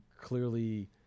clearly